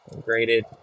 graded